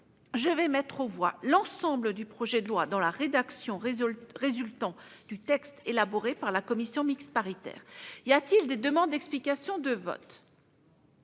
je vais mettre aux voix l'ensemble du projet de loi dans la rédaction résultant du texte élaboré par la commission mixte paritaire. Personne ne demande la parole ?